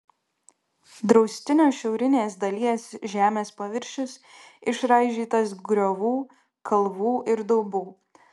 draustinio šiaurinės dalies žemės paviršius išraižytas griovų kalvų ir daubų